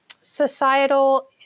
societal